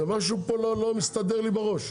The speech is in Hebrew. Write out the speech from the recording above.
משהו פה לא מסתדר לי בראש.